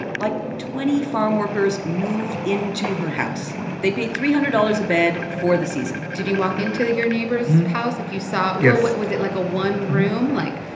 like twenty farmworkers move into her house. they pay three hundred dollars a bed for the season did you walk into your neighbor's house that like you saw. yes what was it like a one-room, like.